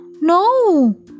No